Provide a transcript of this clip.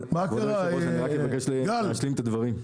כבוד יושב הראש, אני רק אבקש להשלים את הדברים.